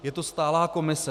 Je to stálá komise.